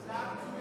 זו הצעה מצוינת.